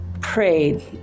prayed